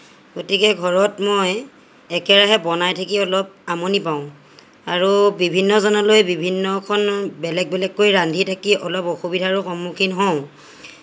গতিকে ঘৰত মই একেৰাহে বনাই থাকি অলপ আমনি পাওঁ আৰু বিভিন্নজনলৈ বিভিন্নখন বেলেগ বেলেগ কৈ ৰান্ধি থাকি অলপ অসুবিধাৰো সন্মুখীন হওঁ